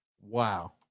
Wow